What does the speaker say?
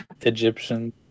Egyptian